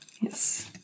Yes